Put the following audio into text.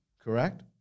correct